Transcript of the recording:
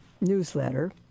newsletter